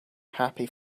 happy